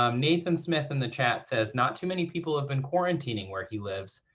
um nathan smith in the chat says not too many people have been quarantining where he lives,